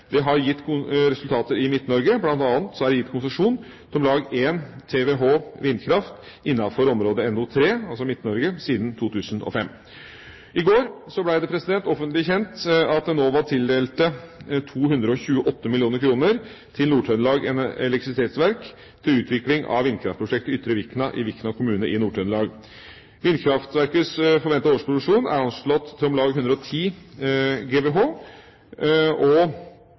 Det har gitt resultater i Midt-Norge. Blant annet er det gitt konsesjon til om lag 1 TWh vindkraft innenfor området NO3, altså Midt-Norge, siden 2005. I går ble det offentlig kjent at Enova tildelte 228 mill. kr til Nord-Trøndelag Elektrisitetsverk til utvikling av vindkraftprosjektet Ytre Vikna i Vikna kommune i Nord-Trøndelag. Vindkraftverkets årsproduksjon er anslått til om lag 110 GWh.